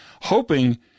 hoping